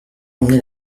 emmené